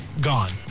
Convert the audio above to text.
gone